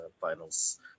Finals